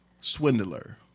swindler